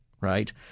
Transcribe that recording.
right